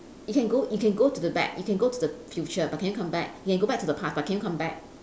you can go you can go to the back you can go to the future but can you come back you can go back to the past but can you come back